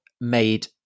made